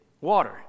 water